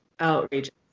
outrageous